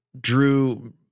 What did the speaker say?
drew